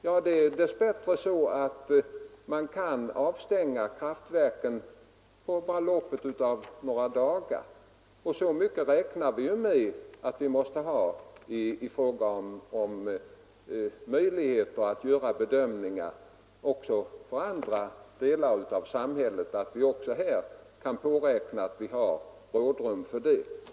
Ja, det är dess bättre så att man kan stänga av kraftverken inom loppet av bara några dagar, och så lång förvarningstid räknar vi med att vi har. Detta har betydelse även för bedömningar som gäller andra delar av samhället. Vi kan räkna med att vi har rådrum.